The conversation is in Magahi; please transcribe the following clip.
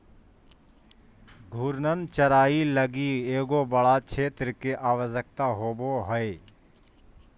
घूर्णन चराई लगी एगो बड़ा क्षेत्र के आवश्यकता होवो हइ